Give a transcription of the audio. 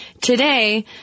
today